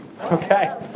okay